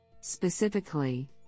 Specifically